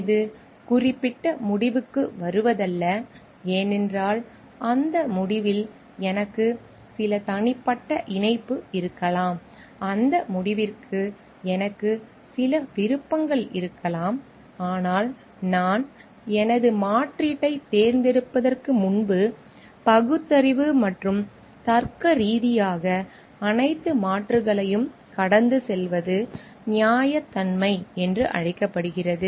இது குறிப்பிட்ட முடிவுக்கு வருவதல்ல ஏனென்றால் அந்த முடிவில் எனக்கு சில தனிப்பட்ட இணைப்பு இருக்கலாம் அந்த முடிவுக்கு எனக்கு சில விருப்பங்கள் இருக்கலாம் ஆனால் நான் எனது மாற்றீட்டைத் தேர்ந்தெடுப்பதற்கு முன்பு பகுத்தறிவு மற்றும் தர்க்கரீதியாக அனைத்து மாற்றுகளையும் கடந்து செல்வது நியாயத்தன்மை என்று அழைக்கப்படுகிறது